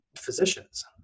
physicians